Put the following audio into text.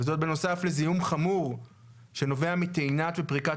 וזאת בנוסף לזיהום חמור שנובע מטעינת ופריקת